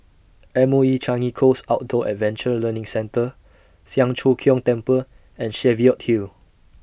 M O E Changi Coast Outdoor Adventure Learning Centre Siang Cho Keong Temple and Cheviot Hill